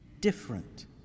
Different